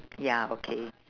ya okay